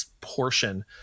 portion